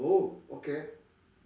oh okay